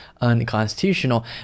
unconstitutional